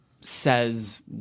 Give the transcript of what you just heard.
says